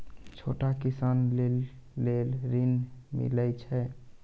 छोटा किसान लेल ॠन मिलय छै?